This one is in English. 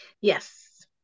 yes